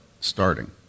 starting